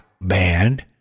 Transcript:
band